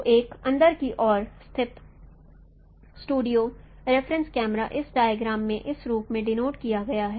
तो एक अंदर की ओर स्थापित स्टूडियो रेफरेंस कैमरा इस डायग्राम में इस रूप में डेनोट किया गया है